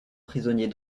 prisonnier